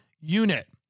unit